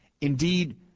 Indeed